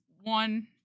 One